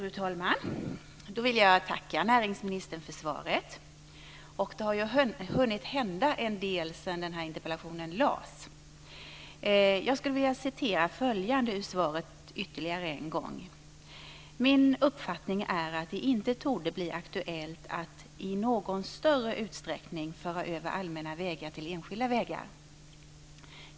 Fru talman! Jag vill tacka näringsministern för svaret. Det har ju hunnit hända en del sedan den här interpellationen lades. Jag skulle vilja citera följande ur svaret: " Min uppfattning är att det inte torde bli aktuellt att i någon större utsträckning föra över allmänna vägar till enskilda vägar".